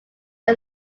are